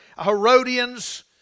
Herodians